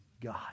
God